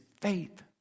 faith